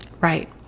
Right